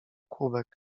kubek